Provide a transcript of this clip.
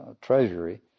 treasury